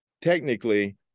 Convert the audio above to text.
technically